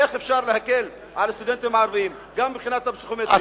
איך אפשר להקל על הסטודנטים הערבים גם מבחינת הפסיכומטרי,